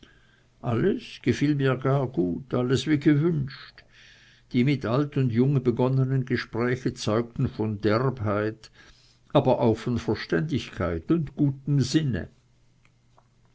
alles gefiel mir gar gut alles wie gewünscht die mit alt und jung begonnenen gespräche zeugten von derbheit aber auch von verständigkeit und gesundem sinne